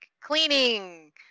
cleaning